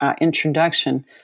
introduction